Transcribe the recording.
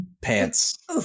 pants